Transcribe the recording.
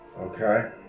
Okay